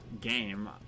game